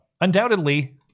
undoubtedly